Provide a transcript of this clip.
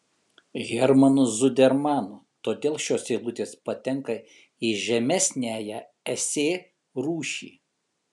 hermanu zudermanu todėl šios eilutės patenka į žemesniąją esė rūšį